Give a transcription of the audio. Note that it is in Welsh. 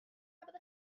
cafodd